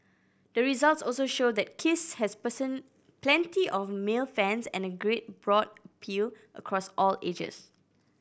the results also show that Kiss has person plenty of male fans and a great broad appeal across all ages